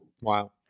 Wow